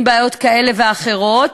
עם בעיות כאלה ואחרות.